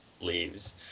leaves